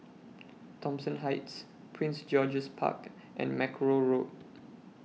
Thomson Heights Prince George's Park and Mackerrow Road